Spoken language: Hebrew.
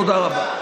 תודה רבה.